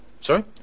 Sorry